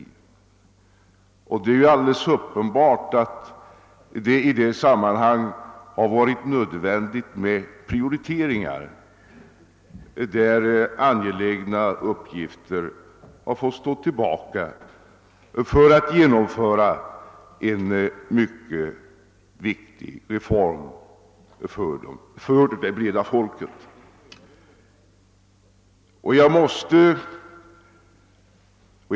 Det är alldeles uppenbart att det i detta sammanhang har varit nödvändigt med prioriteringar, varvid i och för sig angelägna uppgifter har fått stå tillbaka för att man skulle kunna genomföra en för det breda folket mycket viktig reform.